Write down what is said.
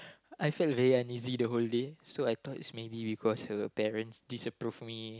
I felt very uneasy the whole day so I thought is maybe because her parents disapprove me